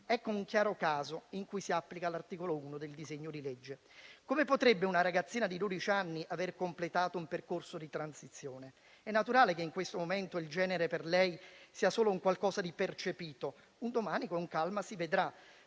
Ecco un chiaro caso in cui si applica l'articolo 1 del disegno di legge. Come potrebbe una ragazzina di dodici anni aver completato un percorso di transizione? È naturale che in questo momento il genere per lei sia solo un qualcosa di percepito; un domani con calma si vedrà,